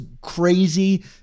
crazy